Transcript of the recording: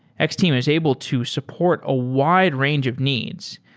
x-team is able to support a wide range of needs.